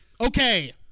Okay